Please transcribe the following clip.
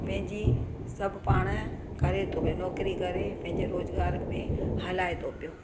पंहिंजी सभु पाण करे थो पियो भई नौकरी करे रोज़ुगार में हलाए थो पियो